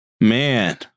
Man